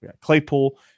Claypool